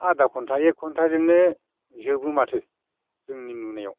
आधा घन्टा एक घन्टाजोंनो जोबो माथो जोंनि नुनायाव